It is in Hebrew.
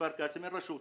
לכפר קאסם אין רשות,